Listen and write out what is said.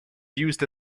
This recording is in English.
used